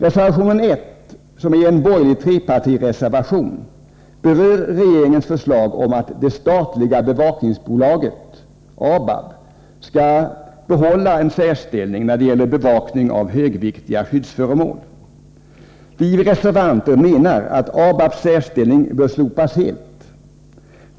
Reservation 1, som är en borgerlig trepartireservation, berör regeringens förslag att det statliga bevakningsbolaget, ABAB, skall behålla en särställning när det gäller bevakning av högviktiga skyddsföremål. Vi reservanter menar att ABAB:s särställning bör slopas helt.